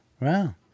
Wow